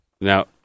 Now